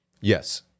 Yes